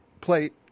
plate